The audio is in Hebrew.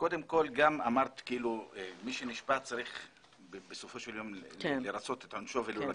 קודם כול אמרת גם שמי שנשפט צריך בסופו של יום לרצות את עונשו ולא לקצר,